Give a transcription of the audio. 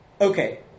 okay